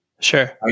sure